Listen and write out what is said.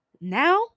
now